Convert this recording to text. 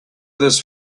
this